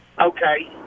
Okay